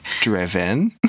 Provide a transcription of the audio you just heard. Driven